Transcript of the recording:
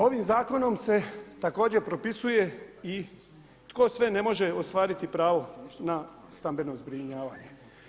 Ovim zakonom se također propisuje i tko sve ne može ostvariti pravo na stambeno zbrinjavanje.